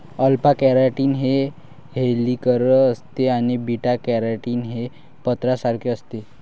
alpha keratin हे helical असते आणि बीटा केराटीन हे पत्र्यासारखे असते